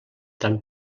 tan